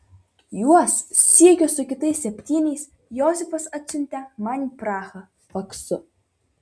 juos sykiu su kitais septyniais josifas atsiuntė man į prahą faksu